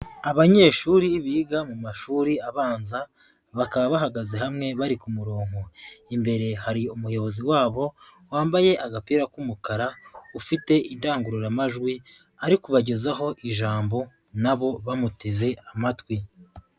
Abanyeshuri biga mu mashuri abanza bakaba bahagaze hamwe bari ku murongo, imbere hari umuyobozi wabo wambaye agapira k'umukara ufite indangururamajwi ari kubagezaho ijambo na bo bamuteze amatwi.